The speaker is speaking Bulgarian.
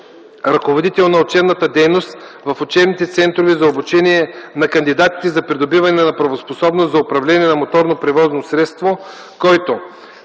ръководител на учебната дейност в учебните центрове за обучение на кандидатите за придобиване на правоспособност за управление на моторно превозно средство, който: